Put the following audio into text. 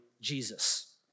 Jesus